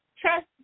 trust